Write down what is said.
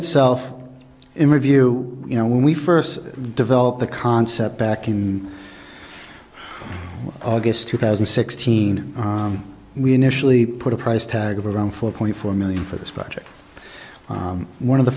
itself in review you know when we first developed the concept back in august two thousand and sixteen we initially put a price tag of around four point four million for this project one of the